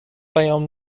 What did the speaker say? پیام